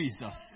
Jesus